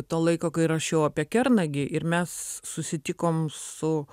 to laiko kai rašiau apie kernagį ir mes susitikom su